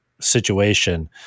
situation